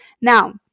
Now